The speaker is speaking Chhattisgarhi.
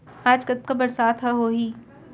आज कतका बरसात ह होही?